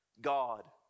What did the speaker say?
God